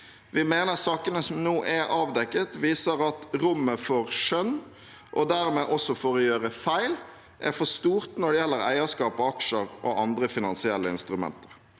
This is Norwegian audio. Vi mener at sakene som nå er avdekket, viser at rommet for skjønn, og dermed også for å gjøre feil, er for stort når det gjelder eierskap og aksjer og andre finansielle instrumenter.